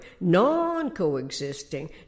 non-coexisting